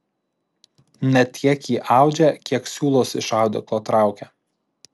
ne tiek ji audžia kiek siūlus iš audeklo traukia